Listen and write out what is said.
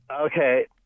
Okay